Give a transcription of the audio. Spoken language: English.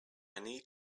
need